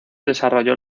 desarrolló